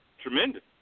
tremendous